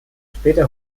später